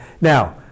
Now